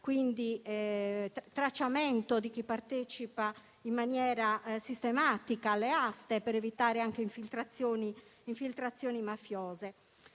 con il tracciamento di chi partecipa in maniera sistematica alle aste per evitare anche infiltrazioni mafiose.